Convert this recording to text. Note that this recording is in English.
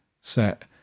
set